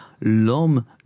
L'homme